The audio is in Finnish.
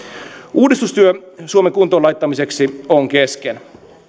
uudistustyö suomen kuntoon laittamiseksi on kesken